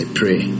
pray